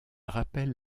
rappelle